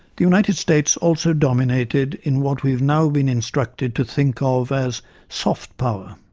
the united states also dominated in what we have now been instructed to think ah of as soft power